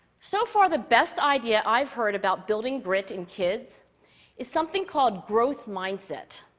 so far, the best idea i've heard about building grit in kids is something called growth mindset.